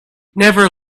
never